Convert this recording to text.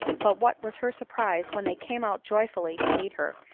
but what was her surprise when they came out joyfully to meet her,